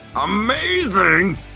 amazing